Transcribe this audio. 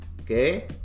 Okay